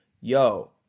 Yo